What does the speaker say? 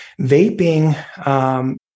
Vaping